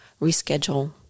reschedule